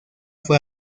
fue